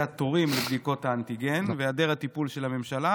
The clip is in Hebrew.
התורים לבדיקות האנטיגן והיעדר הטיפול של הממשלה,